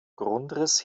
grundriss